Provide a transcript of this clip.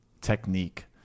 technique